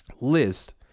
list